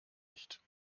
nicht